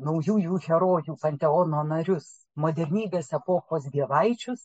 naujųjų herojų panteono narius modernybės epochos dievaičius